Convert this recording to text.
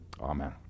Amen